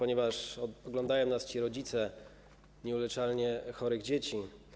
Oglądają nas ci rodzice nieuleczalnie chorych dzieci.